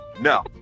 No